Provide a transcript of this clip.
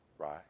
Right